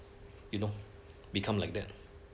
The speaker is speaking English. you know become like that